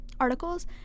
articles